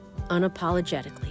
unapologetically